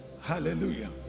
Hallelujah